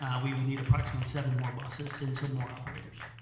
we would need approximately seven more buses and so more operators.